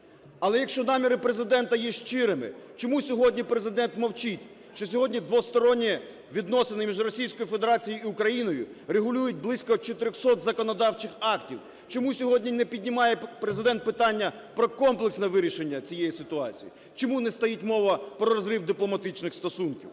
Але якщо наміри Президента є щирими, чому сьогодні Президент мовчить, що сьогодні двосторонні відносини між Російською Федерацією і Україною регулюють близько 400 законодавчих актів? Чому сьогодні не піднімає Президент питання про комплексне вирішення цієї ситуації? Чому не стоїть мова про розрив дипломатичних стосунків?